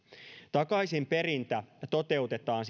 takaisinperintä siis toteutetaan